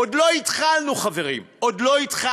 עוד לא התחלנו, חברים, עוד לא התחלנו.